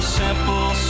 simple